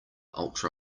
ultra